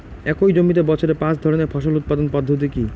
একই জমিতে বছরে পাঁচ ধরনের ফসল উৎপাদন পদ্ধতি কী?